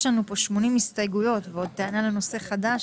יש לנו כאן 80 הסתייגויות ועוד טענה לנושא חדש.